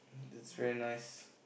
that's very nice